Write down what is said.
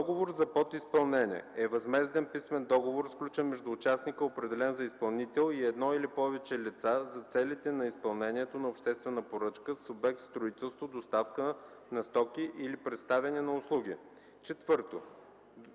„Договор за подизпълнение” е възмезден писмен договор, сключен между участника, определен за изпълнител, и едно или повече лица за целите на изпълнението на обществена поръчка с обект строителство, доставка на стоки или предоставяне на услуги.” 4.